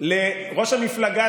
למה כאן?